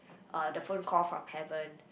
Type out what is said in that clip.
uh the phone call from heaven